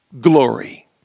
glory